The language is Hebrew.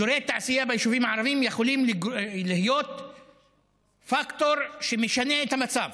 אזורי תעשייה בישובים הערביים יכולים להיות פקטור שמשנה את המצב: